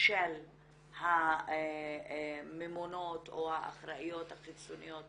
של הממונות או האחריות החיצוניות